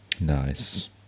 nice